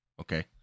Okay